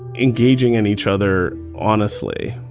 engaging in each other, honestly.